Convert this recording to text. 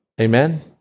Amen